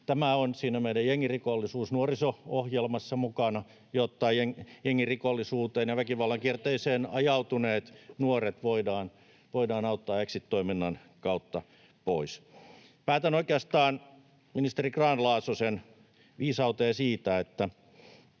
Tämä on siinä meidän jengirikollisuus-, nuoriso-ohjelmassa mukana, jotta jengirikollisuuteen ja väkivallan kierteeseen ajautuneet nuoret voidaan auttaa exit-toiminnan kautta pois. Päätän oikeastaan ministeri Grahn-Laasosen viisauteen siitä, että